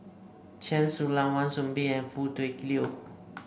Chen Su Lan Wan Soon Bee and Foo Tui Liew